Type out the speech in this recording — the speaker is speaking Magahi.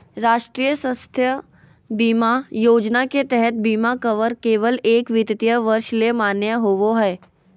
राष्ट्रीय स्वास्थ्य बीमा योजना के तहत बीमा कवर केवल एक वित्तीय वर्ष ले मान्य होबो हय